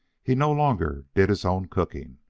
he no longer did his own cooking.